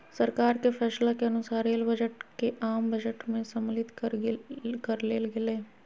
सरकार के फैसला के अनुसार रेल बजट के आम बजट में सम्मलित कर लेल गेलय